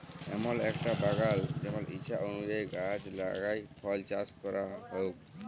এমল একটা বাগাল জেমল ইছা অলুযায়ী গাহাচ লাগাই ফল চাস ক্যরা হউক